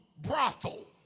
brothel